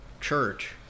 church